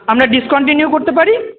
আমরা ডিসকন্টিনিউ করতে পারি